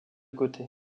côté